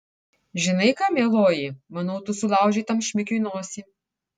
žinai ką mieloji manau tu sulaužei tam šmikiui nosį